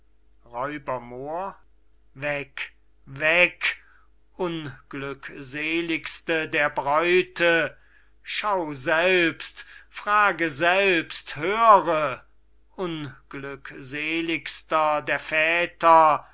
weg weg unglückseligste der bräute schau selbst frage selbst höre unglückseligster der väter